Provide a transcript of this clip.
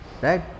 right